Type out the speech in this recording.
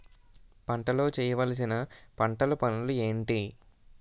పంటలో చేయవలసిన పంటలు పనులు ఏంటి?